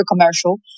commercial